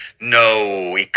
no